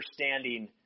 understanding